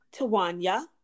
Tawanya